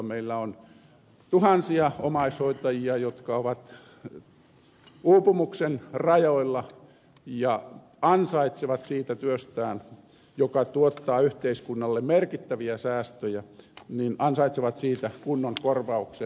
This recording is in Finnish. meillä on tuhansia omaishoitajia jotka ovat uupumuksen rajoilla ja ansaitsevat siitä työstään joka tuottaa yhteiskunnalle merkittäviä säästöjä kunnon korvauksen